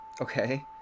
okay